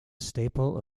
staple